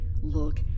Look